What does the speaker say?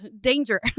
danger